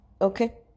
okay